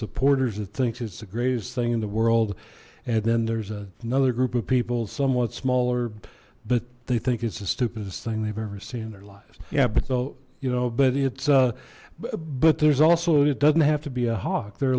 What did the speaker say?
supporters it thinks it's the greatest thing in the world and then there's a another group of people somewhat smaller but they think it's the stupidest thing they've ever seen in their lives yeah but so you know but it's a but there's also it doesn't have to be a hawk there are